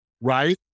right